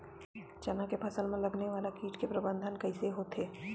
चना के फसल में लगने वाला कीट के प्रबंधन कइसे होथे?